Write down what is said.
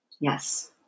Yes